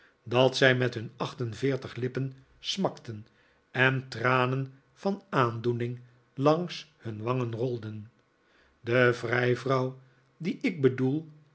dat zij met hun acht en veertig lippen smakten en tranen van aandoening langs hun wangen rolden de vrijvrouw die ik bedoel